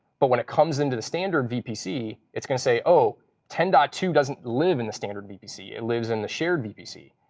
but when it comes into the standard vpc, it's going to say, oh, ten point um two doesn't live in the standard vpc. it lives in the shared vpc.